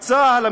"צה"ל,